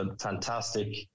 fantastic